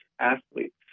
athletes